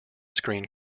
screen